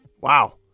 Wow